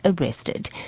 arrested